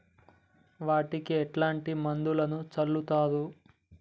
వాటికి ఎట్లాంటి మందులను చల్లుతరు?